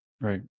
Right